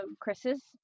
Chris's